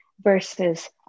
versus